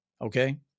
Okay